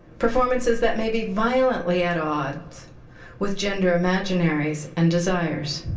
performances that maybe violently at odds with gender imaginaries and desires.